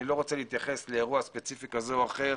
אני לא רוצה להתייחס לאירוע ספציפי כזה או אחר,